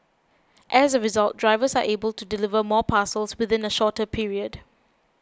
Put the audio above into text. as a result drivers are able to deliver more parcels within a shorter period